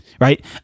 right